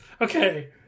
okay